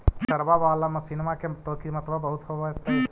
ट्रैक्टरबा बाला मसिन्मा के तो किमत्बा बहुते होब होतै?